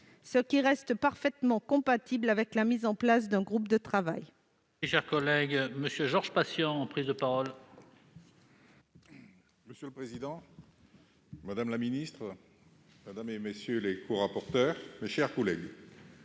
ce qui reste parfaitement compatible avec la mise en place d'un groupe de travail.